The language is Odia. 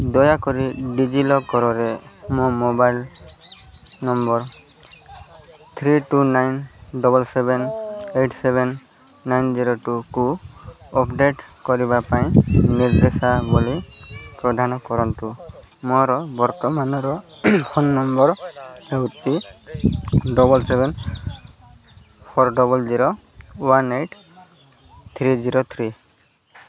ଦୟାକରି ଡିଜିଲକର୍ରେ ମୋ mobile number three two nine double seven eight seven nine zero ଟୂକୁ ଅପଡ଼େଟ୍ କରିବା ପାଇଁ ନିର୍ଦ୍ଦେଶାବଳୀ ପ୍ରଦାନ କରନ୍ତୁ ମୋର ବର୍ତ୍ତମାନର ଫୋନ୍ ନମ୍ବର୍ ହେଉଛି double seven four double zero one eight three zero three